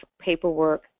paperwork